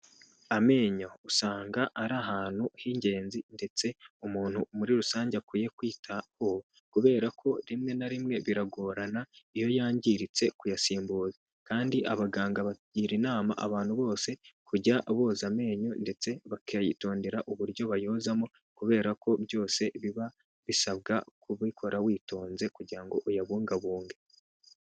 Amenyo usanga ari ahantu h'ingenzi ndetse umuntu muri rusange akwiye kwitaho, kubera ko rimwe na rimwe biragorana iyo yangiritse kuyasimbuza kandi abaganga bagira inama abantu bose kujya boza amenyo ndetse ba bakayitondera uburyo bayozamo kubera ko byose biba bisabwa kubikora witonze kugira ngo uyabungabunge.